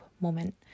moment